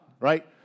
right